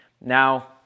now